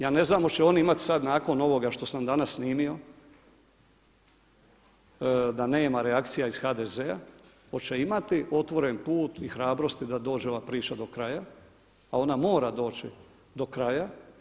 Ja ne znam hoće li oni imati sad nakon ovoga što sam danas snimio da nema reakcija iz HDZ-a hoće imati otvoren put i hrabrosti da dođe ova priča do kraja, a ona mora doći do kraja.